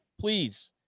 please